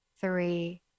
three